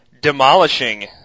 demolishing